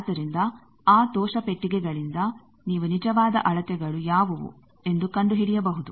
ಆದ್ದರಿಂದ ಆ ದೋಷ ಪೆಟ್ಟಿಗೆಗಳಿಂದ ನೀವು ನಿಜವಾದ ಅಳತೆಗಳು ಯಾವುವು ಎಂದು ಕಂಡುಹಿಡಿಯಬಹುದು